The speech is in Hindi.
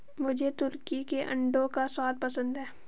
मुझे तुर्की के अंडों का स्वाद पसंद है